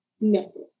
No